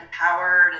empowered